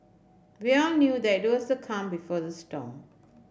we all knew that it was the calm before the storm